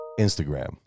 Instagram